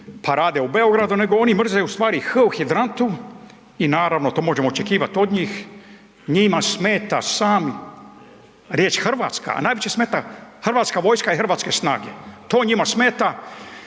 pa rade u Beogradu, nego oni mrze u stvari H u hidrantu i naravno to možemo očekivat od njih. Njima smeta sam riječ Hrvatska, a najviše smeta HV i hrvatske snage. To njima smeta